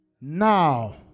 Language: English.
now